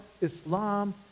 Islam